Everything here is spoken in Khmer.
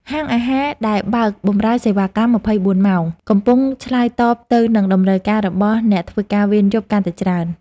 ហាងអាហារដែលបើកបម្រើសេវាកម្ម ២៤ ម៉ោងកំពុងឆ្លើយតបទៅនឹងតម្រូវការរបស់អ្នកធ្វើការវេនយប់កាន់តែច្រើន។